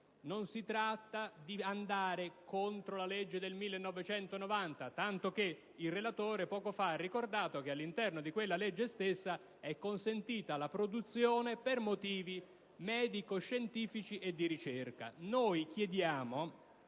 Non si tratta di andare contro la legge del 1990, tanto che il relatore, poco fa, ha ricordato che all'interno di tale legge è consentita la produzione per motivi medico-scientifici e di ricerca.